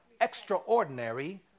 extraordinary